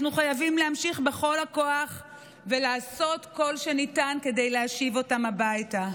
אנחנו חייבים להמשיך בכל הכוח ולעשות כל שניתן כדי להשיב אותם הביתה.